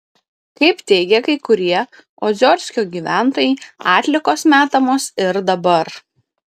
kaip teigia kai kurie oziorsko gyventojai atliekos metamos ir dabar